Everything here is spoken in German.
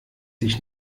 dich